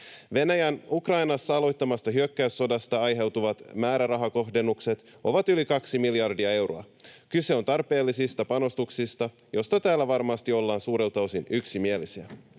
Venäjän Ukrainassa aloittamasta hyökkäyssodasta aiheutuvat määrärahakohdennukset ovat yli kaksi miljardia euroa. Kyse on tarpeellisista panostuksista, joista täällä varmasti ollaan suurelta osin yksimielisiä.